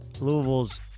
Louisville's